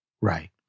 Right